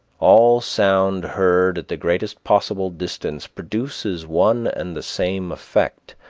all sound heard at the greatest possible distance produces one and the same effect,